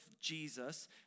Jesus